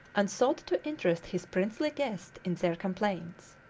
and sought to interest his princely guest in their complaints.